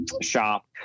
shop